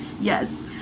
Yes